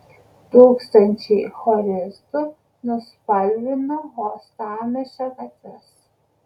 tūkstančiai choristų nuspalvino uostamiesčio gatves